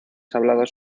hablados